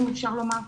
אם אפשר לומר כך.